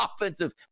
offensive